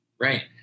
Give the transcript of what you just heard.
Right